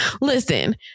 listen